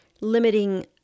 limiting